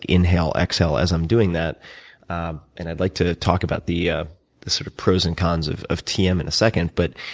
inhale, exhale, as i'm doing that ah and i'd like to talk about the ah the sort of pros and cons of of tm in a second but,